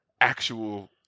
actual